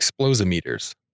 explosimeters